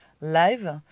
live